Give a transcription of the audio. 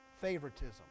favoritism